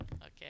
okay